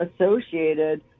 associated